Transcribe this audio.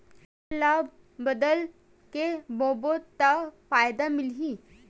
फसल ल बदल के बोबो त फ़ायदा मिलही?